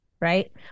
right